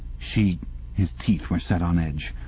she his teeth were set on edge.